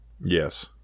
Yes